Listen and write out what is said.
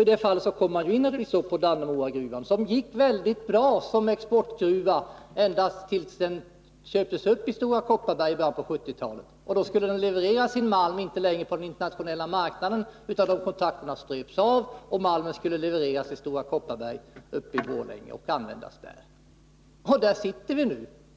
I det sammanhanget kommer jag också in på frågan om verksamheten vid Dannemora gruva, som gick väldigt bra som exportgruva ända tills den köptes av Stora Kopparberg i början av 1970-talet. Då skulle den inte längre leverera sin malm på den internationella marknaden — de kontakterna ströps - utan malmen skulle levereras till Stora Kopparberg i Borlänge och användas där. Där sitter vi nu.